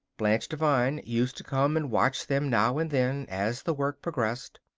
blanche devine used to come and watch them now and then as the work progressed.